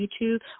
YouTube